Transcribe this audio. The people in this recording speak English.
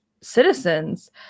citizens